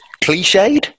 cliched